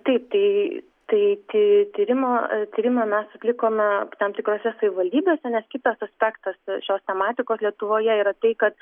taip tai tai ty tyrimą tyrimą mes atlikome tam tikrose savivaldybėse nes kitas aspektas šios tematikos lietuvoje yra tai kad